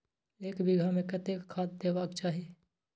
एक बिघा में कतेक खाघ देबाक चाही?